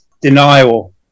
Denial